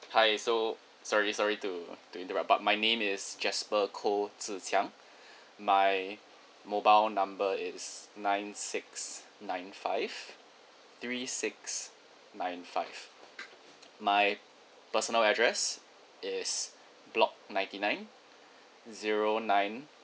hi so sorry sorry to to interrupt but my name is jasper koh zhi qiang my mobile number is nine six nine five three six nine five my personal address is block ninety nine zero nine